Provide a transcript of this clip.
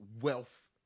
wealth